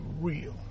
real